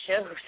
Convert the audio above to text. shows